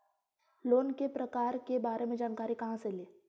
Loan के प्रकार के बारे मे जानकारी कहा से ले?